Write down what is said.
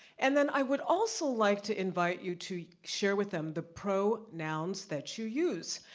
and then i would also like to invite you to share with them the pronouns that you use.